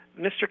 Mr